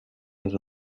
les